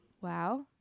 Wow